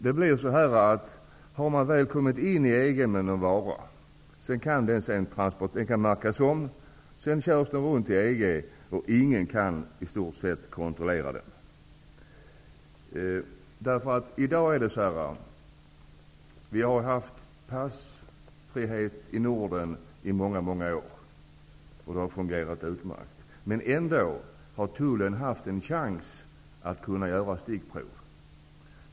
Om man väl har tagit sig in i något EG-land med en vara, kan den märkas om och köras runt i EG länderna, och i stort sett ingen kan kontrollera detta. Vi har haft passfrihet i Norden under många år, och det har fungerat utmärkt. Men ändå har tullen haft en chans att göra stickprov.